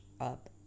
up